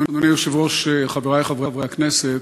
אדוני היושב-ראש, חברי חברי הכנסת,